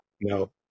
No